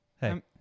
Hey